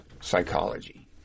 psychology